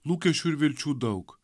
lūkesčių ir vilčių daug